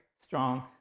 strong